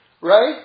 right